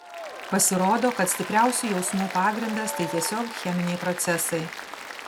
pasirodo kad stipriausių jausmų pagrindas tai tiesiog cheminiai procesai